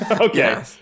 Okay